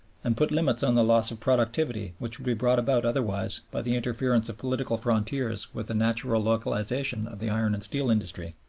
and put limits on the loss of productivity which would be brought about otherwise by the interference of political frontiers with the natural localization of the iron and steel industry.